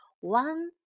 One